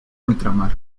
ultramar